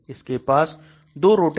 इसके पास 2 rotable bonds है